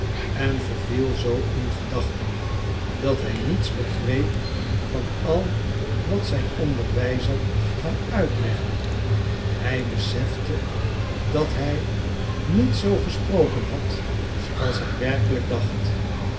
en verviel zoo in gedachten dat hij niets begreep van al wat zijn onderwijzer hem uitlegde hij besefte dat hij niet zoo gesproken had als hij werkelijk dacht